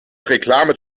reklame